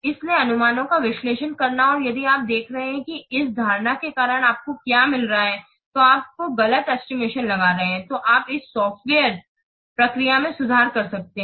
इसलिए अनुमानों का विश्लेषण करना और यदि आप देख रहे हैं कि इस धारणा के कारण आपको क्या मिल रहा है तो आप गलत एस्टिमेशन लगा रहे हैं तो आप इस सॉफ़्टवेयर प्रक्रिया में सुधार कर सकते हैं